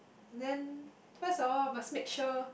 then first of all must make sure